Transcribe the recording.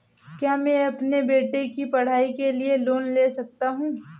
क्या मैं अपने बेटे की पढ़ाई के लिए लोंन ले सकता हूं?